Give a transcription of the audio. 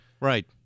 right